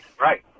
right